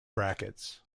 brackets